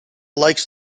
likes